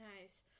nice